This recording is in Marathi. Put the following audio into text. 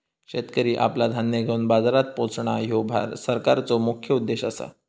शेतकरी आपला धान्य घेवन बाजारात पोचणां, ह्यो सरकारचो मुख्य उद्देश आसा